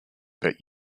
but